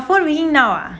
you phone ringing now ah